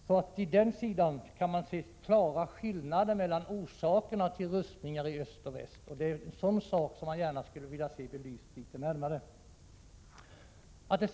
På den sidan kan man alltså se klara skillnader i fråga om orsakerna till rustningarna i öst och väst, och det är sådana saker vi gärna skulle vilja se litet närmare belysta.